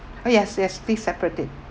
oh yes yes please separate it